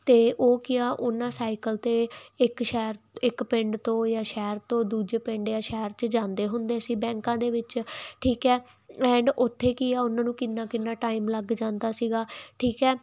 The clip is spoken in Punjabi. ਅਤੇ ਉਹ ਕੀ ਆ ਉਹਨਾਂ ਸਾਈਕਲ 'ਤੇ ਇੱਕ ਸ਼ਹਿਰ ਇੱਕ ਪਿੰਡ ਤੋਂ ਜਾਂ ਸ਼ਹਿਰ ਤੋਂ ਦੂਜੇ ਪਿੰਡ ਜਾਂ ਸ਼ਹਿਰ 'ਚ ਜਾਂਦੇ ਹੁੰਦੇ ਸੀ ਬੈਂਕਾਂ ਦੇ ਵਿੱਚ ਠੀਕ ਹੈ ਐਂਡ ਉੱਥੇ ਕੀ ਆ ਉਹਨਾਂ ਨੂੰ ਕਿੰਨਾ ਕਿੰਨਾ ਟਾਈਮ ਲੱਗ ਜਾਂਦਾ ਸੀਗਾ ਠੀਕ ਹੈ